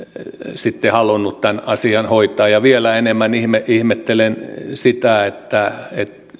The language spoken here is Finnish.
halunnut tämän asian hoitaa ja vielä enemmän ihmettelen sitä että